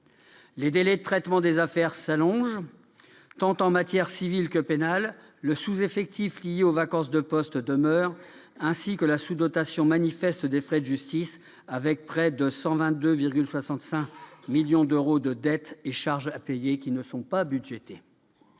Les délais de traitement des affaires s'allongent, tant en matière civile qu'en matière pénale. Le sous-effectif lié aux vacances de postes demeure, ainsi que la sous-dotation manifeste des frais de justice, avec près de 122,65 millions d'euros de dettes et charges à payer non budgétés.